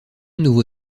nouveau